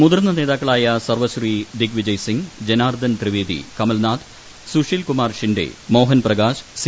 മുതിർന്ന നേതാക്കളായ സർവ്വശ്രീ ദിഗ്വിജയ്സിംഗ് ജനാർദ്ദൻ ത്രിവേദി കമൽനാഥ് സുശീൽകുമാർ ഷിൻഡേ മോഹൻപ്രകാശ് സി